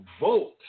vote